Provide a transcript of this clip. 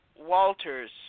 Walters